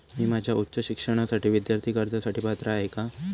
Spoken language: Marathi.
मी माझ्या उच्च शिक्षणासाठी विद्यार्थी कर्जासाठी पात्र आहे का?